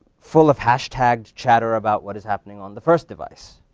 full of hash-tagged chatter about what is happening on the first device.